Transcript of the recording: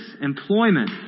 employment